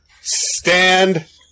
stand